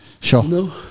sure